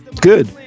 good